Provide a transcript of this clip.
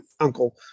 uncle